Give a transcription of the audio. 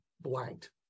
blanked